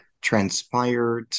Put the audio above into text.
transpired